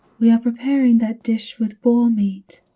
we are preparing that dish with boar meat,